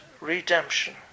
redemption